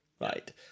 right